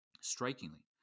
Strikingly